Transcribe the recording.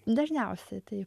dažniausiai taip